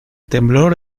temblor